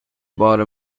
بار